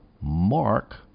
Mark